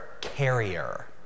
carrier